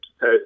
Hey